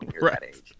Right